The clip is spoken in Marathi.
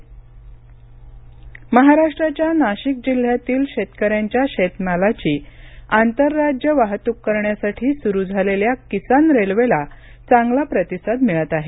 किसान रेल्वे महाराष्ट्राच्या नाशिक जिल्ह्यातील शेतकऱ्यांच्या शेतमालाची आंतरराज्य वाहतूक करण्यासाठी सुरु झालेल्या किसान रेल्वेला चांगला प्रतिसाद मिळत आहे